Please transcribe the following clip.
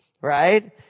right